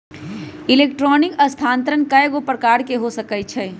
electronic स्थानान्तरण कएगो प्रकार के हो सकइ छै